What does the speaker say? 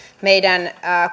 meidän